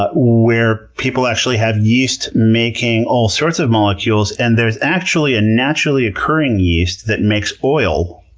ah where people actually have yeast making all sorts of molecules, and there's actually a naturally occurring yeast that makes oil,